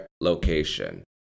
location